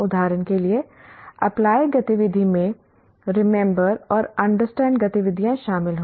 उदाहरण के लिए अप्लाई गतिविधि मैं रिमेंबर और अंडरस्टैंड गतिविधियां शामिल होंगी